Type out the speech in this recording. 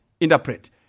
interpret